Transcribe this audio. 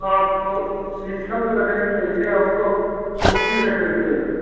हाँ तो शीशम की लकड़ी चाहिए हमको सूखी लकड़ी चाहिए